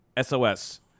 SOS